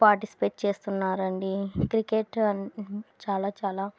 participate చేస్తున్నారండి cricket చాలా చాలా